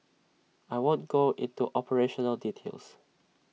I won't go into operational details